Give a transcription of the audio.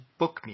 bookme